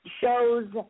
shows